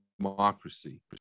democracy